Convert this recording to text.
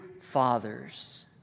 fathers